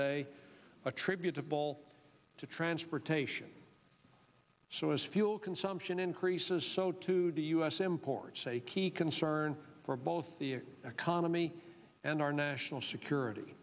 day attributable to transportation so as fuel consumption increases so too do u s imports a key concern for both the economy and our national security